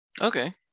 Okay